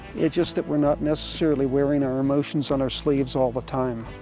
it's just that we're not necessarily wearing our emotions on our sleeves all the time